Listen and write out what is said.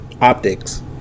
optics